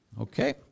Okay